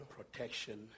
Protection